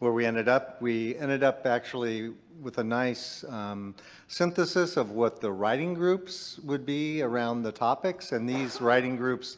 where we ended up. we ended up actually with a nice synthesis of what the writing groups would be around the topics and these writing groups,